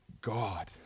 God